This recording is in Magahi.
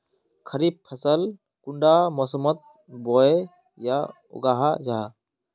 खरीफ फसल कुंडा मोसमोत बोई या उगाहा जाहा?